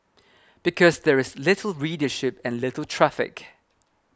because there is little readership and little traffic